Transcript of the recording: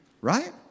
right